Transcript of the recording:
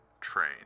Train